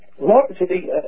largely